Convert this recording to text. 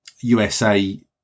USA